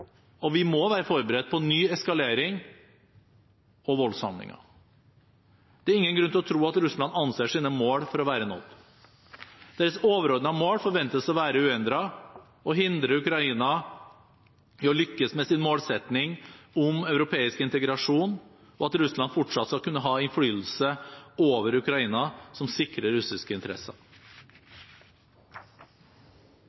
og vi må være forberedt på ny eskalering og voldshandlinger. Det er ingen grunn til å tro at Russland anser sine mål for å være nådd. Deres overordnede mål forventes å være uendret: å hindre Ukraina i å lykkes med sin målsetting om europeisk integrasjon, og at Russland fortsatt skal kunne ha en innflytelse over Ukraina som sikrer russiske interesser.